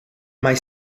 mai